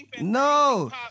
No